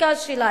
התפוקה שלה,